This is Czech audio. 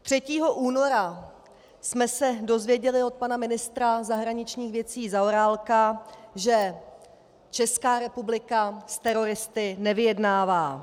Třetího února jsme se dozvěděli od pana ministra zahraničních věcí Zaorálka, že Česká republika s teroristy nevyjednává.